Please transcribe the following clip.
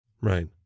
Right